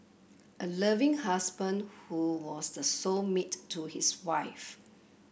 a loving husband who was the soul mate to his wife